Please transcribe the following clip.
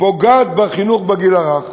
פוגעת בחינוך לגיל הרך,